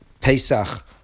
Pesach